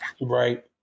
Right